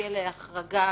יזכה להחרגה.